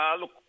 Look